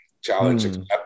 challenge